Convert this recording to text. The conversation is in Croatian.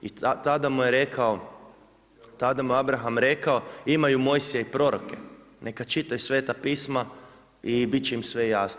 I tada mu je rekao, tada mu je Abraham rekao, imaju Mojsija i proroke, neka čitaju sveta pisma i biti će im sve jasno.